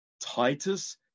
Titus